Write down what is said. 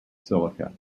silica